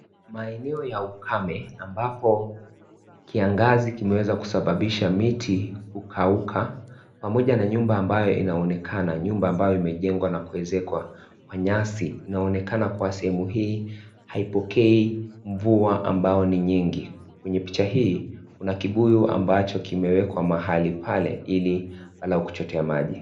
Maeneo ya ukame, ambapo kiangazi kimeweza kusababisha miti kukauka pamoja na nyumba ambayo inaonekana. Nyumba ambayo imejengwa na kuezekwa na nyasi. Inaonekana kuwa sehemu hii haipokei mvua ambayo ni nyingi. Kwenye picha hii kuna kibuyu ambacho kimewekwa mahali pale ili wanachotea maji.